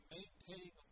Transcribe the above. maintaining